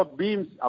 beams